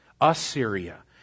Assyria